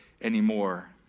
anymore